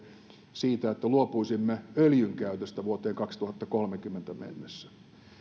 siitä että luopuisimme öljynkäytöstä vuoteen kaksituhattakolmekymmentä mennessä